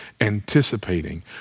anticipating